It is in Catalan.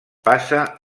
passa